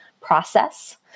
process